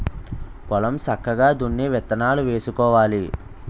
పొలం సక్కగా దున్ని విత్తనాలు వేసుకోవాలి